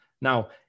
Now